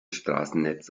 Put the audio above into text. straßennetz